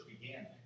began